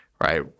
right